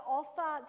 offer